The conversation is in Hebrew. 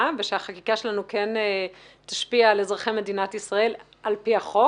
ושהחקיקה שלנו כן תשפיע על אזרחי מדינת ישראל על פי החוק.